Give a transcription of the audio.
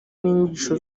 n’inyigisho